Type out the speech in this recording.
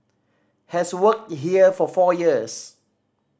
has worked here for four years